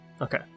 Okay